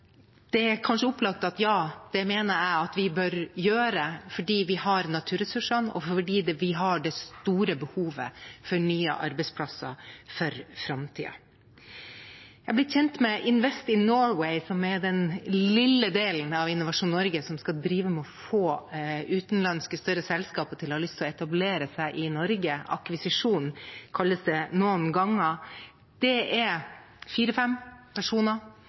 fordi vi har det store behovet for nye arbeidsplasser for framtiden. Jeg er blitt kjent med Invest in Norway, som er den lille delen av Innovasjon Norge som skal drive med å få utenlandske større selskaper til å ha lyst til å etablere seg i Norge – akkvisisjon, som det noen ganger kalles. Det er fire–fem personer,